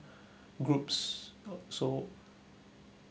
groups so